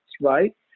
Right